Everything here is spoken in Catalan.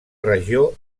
regió